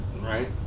right